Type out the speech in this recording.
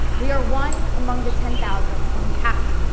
we are one among the ten thousand and we have to be,